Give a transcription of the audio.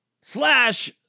slash